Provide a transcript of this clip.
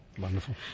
wonderful